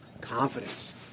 Confidence